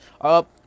up